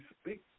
speak